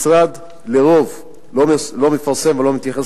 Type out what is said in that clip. על-פי רוב המשרד לא מפרסם ולא מתייחס